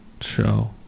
show